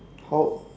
how